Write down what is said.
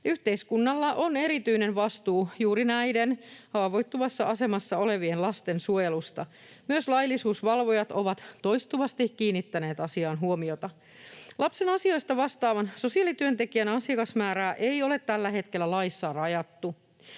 Yhteiskunnalla on erityinen vastuu juuri näiden haavoittuvassa asemassa olevien lasten suojelusta. Myös laillisuusvalvojat ovat toistuvasti kiinnittäneet asiaan huomiota. Lapsen asioista vastaavan sosiaalityöntekijän asiakasmäärää ei ole tällä hetkellä laissa rajattu.